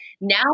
now